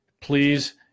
please